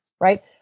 right